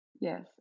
Yes